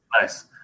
Nice